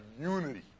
unity